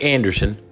Anderson